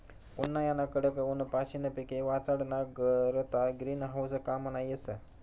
उन्हायाना कडक ऊनपाशीन पिके वाचाडाना करता ग्रीन हाऊस काममा येस